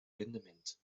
rendement